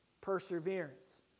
perseverance